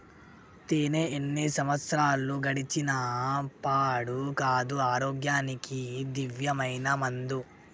తేనే ఎన్ని సంవత్సరాలు గడిచిన పాడు కాదు, ఆరోగ్యానికి దివ్యమైన మందు